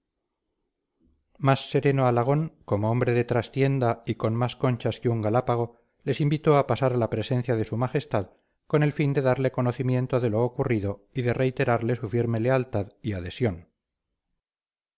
más sereno alagón como hombre de trastienda y con más conchas que un galápago les invitó a pasar a la presencia de su majestad con el fin de darle conocimiento de lo ocurrido y de reiterarle su firme lealtad y adhesión